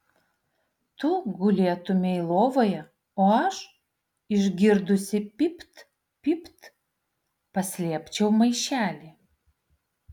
tu gulėtumei lovoje o aš išgirdusi pypt pypt paslėpčiau maišelį